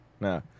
no